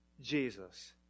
Jesus